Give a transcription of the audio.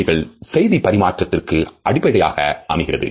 இவைகள் செய்திப் பரிமாற்றத்திற்கு அடிப்படையாக அமைகிறது